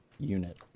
unit